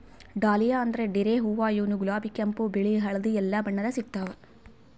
dahlia ಅಂದ್ರ ಡೇರೆ ಹೂವಾ ಇವ್ನು ಗುಲಾಬಿ ಕೆಂಪ್ ಬಿಳಿ ಹಳ್ದಿ ಎಲ್ಲಾ ಬಣ್ಣದಾಗ್ ಸಿಗ್ತಾವ್